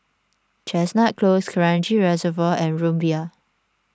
Chestnut Close Kranji Reservoir and Rumbia